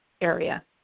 area